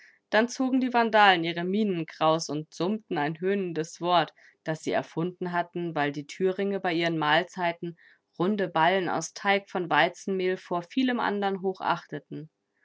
dann zogen die vandalen ihre mienen kraus und summten ein höhnendes wort das sie erfunden hatten weil die thüringe bei ihren mahlzeiten runde ballen aus teig von weizenmehl vor vielem anderen